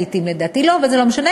לעתים לדעתי לא,